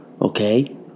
Okay